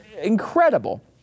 incredible